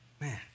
Man